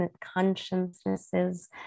consciousnesses